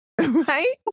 right